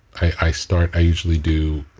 i start, i usually do,